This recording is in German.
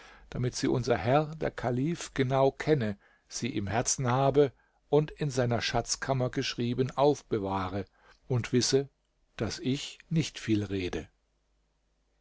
damit sie unser herr der kalif genau kenne sie im herzen habe und in seiner schatzkammer geschrieben aufbewahre und wisse daß ich nicht viel rede